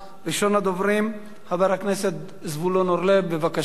ראשון הדוברים, חבר הכנסת זבולון אורלב, בבקשה.